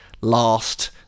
last